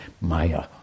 Maya